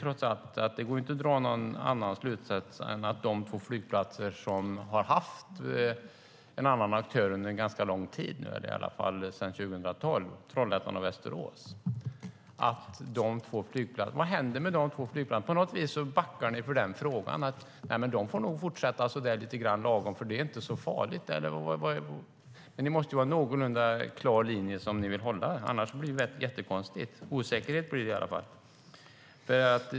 Det är två flygplatser som har haft en annan aktör under en ganska lång tid, eller i alla fall sedan 2012. Det är Trollhättan och Västerås. Vad händer med de två flygplatserna? På något vis backar ni från den frågan och tycker: Nej, de får nog fortsätta så där lite lagom, för det är inte så farligt. Men det måste vara en någorlunda klar linje som ni vill hålla. Annars blir det jättekonstigt. Osäkerhet blir det i alla fall.